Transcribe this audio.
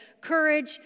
Courage